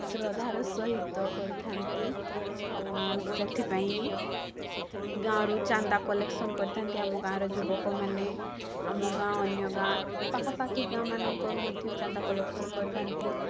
ଶ୍ରଦ୍ଧାର ସହିତ କରିଥାନ୍ତି ଆଉ ସେଥିପାଇଁ ଗାଁରୁ ଚାନ୍ଦା କଲେକ୍ସନ୍ କରିଥାନ୍ତି ଆମ ଗାଁର ଯୁବକମାନେ ଆମ ଗାଁ ଅନ୍ୟ ଗାଁ ପାଖାପାଖି ଗାଁ ମାନଙ୍କରୁ ମଧ୍ୟ ଚାନ୍ଦା କଲେକ୍ସନ୍ କରିଥାନ୍ତି